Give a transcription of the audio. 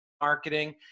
marketing